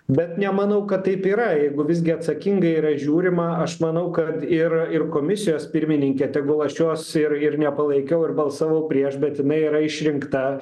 bet nemanau kad taip yra jeigu visgi atsakingai yra žiūrima aš manau kad ir ir komisijos pirmininkė tegul aš jos ir ir nepalaikiau ir balsavau prieš bet jinai yra išrinkta